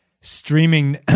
streaming